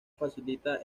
facilita